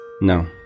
No